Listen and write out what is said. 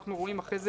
אנחנו אחר כך